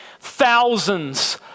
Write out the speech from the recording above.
Thousands